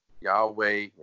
Yahweh